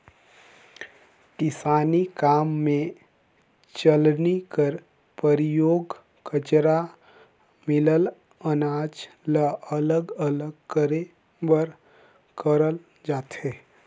किसानी काम मे चलनी कर परियोग कचरा मिलल अनाज ल अलग अलग करे बर करल जाथे